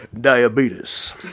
Diabetes